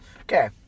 Okay